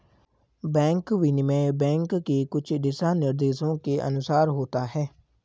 bank विनिमय bank के कुछ दिशानिर्देशों के अनुसार होता है